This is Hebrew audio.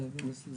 אוקיי.